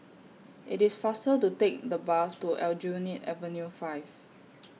IT IS faster to Take The Bus to Aljunied Avenue five